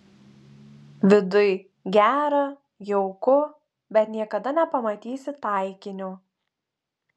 viduj gera jauku bet niekada nepamatysi taikinio